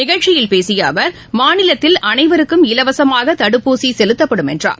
நிகழ்ச்சியில் பேசியஅவர் மாநிலத்தில் அனைவருக்கும் இலவசமாகதடுப்பூசிசெலுத்தப்படும் என்றார்